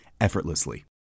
effortlessly